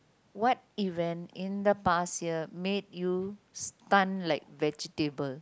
what even in the past year made you stunned like vegetable